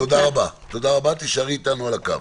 תודה רבה, תישארי איתנו על הקו.